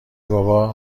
بابا